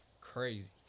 Crazy